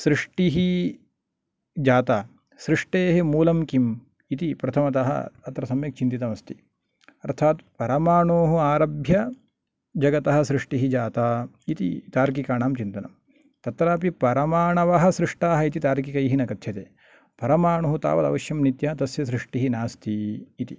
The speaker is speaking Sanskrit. सृष्टिः जाता सृष्टेः मूलं किम् इति प्रथमतः अत्र सम्यक् चिन्तितम् अस्ति अर्थात् परमाणोः आरभ्य जगतः सृष्टिः जाता इति तार्किकाणां चिन्तनं तत्र अपि परमाणवः सृष्टाः इति तार्किकैः न कथ्यते परमाणुः तावत् अवश्यं नित्या तस्य सृष्टिः नास्ति इति